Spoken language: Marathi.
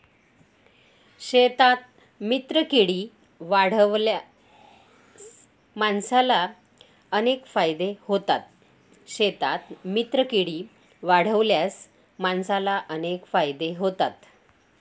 शेतात मित्रकीडी वाढवल्यास माणसाला अनेक फायदे होतात